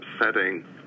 upsetting